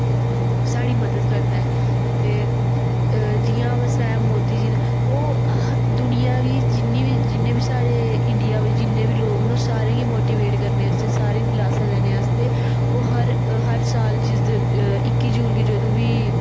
साढ़ी मदद करदा ते जि'यां में सनााया मोदी जी न ओह् दुनियां गी जिन्ने बी साढ़े इंडिया बिच्च जिन्ने बी लोक न ओह् सारें गी मोटीवेट करने आस्तै सारें गी दलासा देने आस्तै ओह् हर साल इक्की जून गी जंदू बी